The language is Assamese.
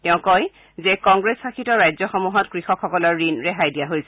তেওঁ কয় যে কংগ্ৰেছ শাসিত ৰাজ্যসমূহত কৃষকসকলৰ ঋণ ৰেহাই দিয়া হৈছে